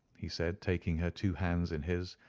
he said, taking her two hands in his,